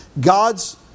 God's